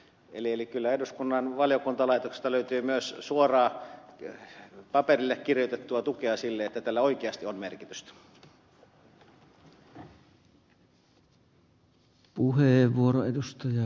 eli kyllä eduskunnan valiokuntalaitoksesta löytyy myös suoraan paperille kirjoitettua tukea sille että tällä oikeasti on merkitystä